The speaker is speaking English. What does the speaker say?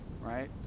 right